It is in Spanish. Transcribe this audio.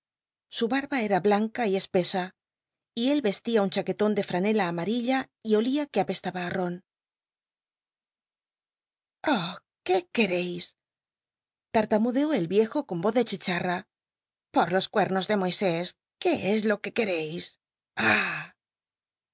su b nba era blanca cspc a y él vestía un cbaqucton de franela amarilla y olía que apestaba ron oh qué queréis tartamudeó el icjo con voz de chicharra por los cuernos de joisés c ué es lo que que